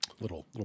little